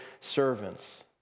servants